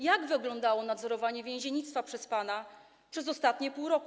Jak wyglądało nadzorowanie więziennictwa przez pana przez ostatnie pół roku?